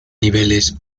niveles